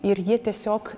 ir jie tiesiog